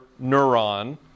neuron